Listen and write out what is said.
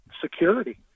security